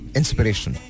inspiration